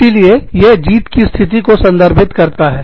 इसीलिए यह जीत की स्थिति को संदर्भित करता है